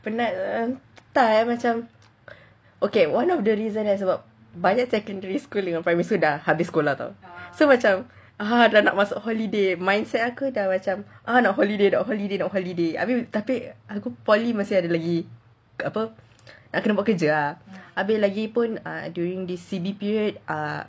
penat entah macam okay one of the reason eh sebab secondary school dengan primary school dah habis sekolah [tau] so macam ah dah nak masuk holiday mindset aku dah macam ah nak holiday nak holiday nak holiday abeh tapi poly masih ada lagi apa nak kena buat kerja ah lagipun during this C_B period ah the exams are like